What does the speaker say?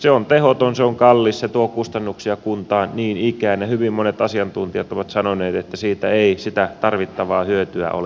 se on tehoton se on kallis se tuo kustannuksia kuntaan niin ikään ja hyvin monet asiantuntijat ovat sanoneet että siitä ei sitä tarvittavaa hyötyä ole